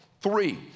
Three